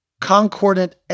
Concordant